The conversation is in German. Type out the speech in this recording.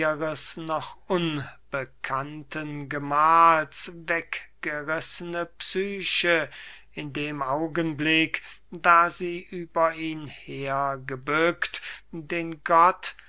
noch unbekannten gemahls weggerissene psyche in dem augenblick da sie über ihn hergebückt den gott